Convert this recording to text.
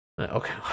Okay